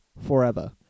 Forever